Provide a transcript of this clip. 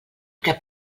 cap